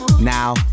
Now